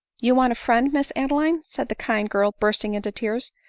you want a friend, miss adeline! said the kind girl, bursting into tears.